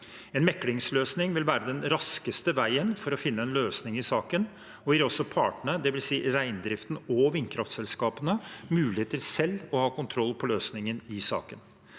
En meklingsløsning vil være den raskeste veien for å finne en løsning i saken og gir også partene – dvs. reindriften og vindkraftselskapene – mulighet til selv å ha kontroll på løsningen i saken.